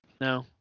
No